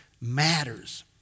matters